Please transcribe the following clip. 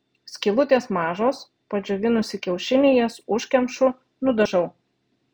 skylutės mažos padžiovinusi kiaušinį jas užkemšu nudažau